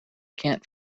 can’t